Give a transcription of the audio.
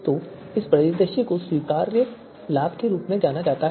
तो इस परिदृश्य को एक स्वीकार्य लाभ के रूप में जाना जाता है